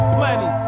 plenty